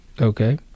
okay